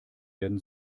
werden